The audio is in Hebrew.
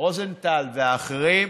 רוזנטל והאחרים,